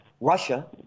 Russia